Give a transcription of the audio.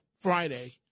Friday